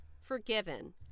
Forgiven